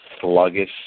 sluggish